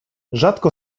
rzadko